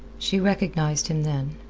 she recognized him then.